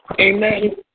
Amen